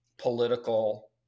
political